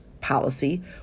policy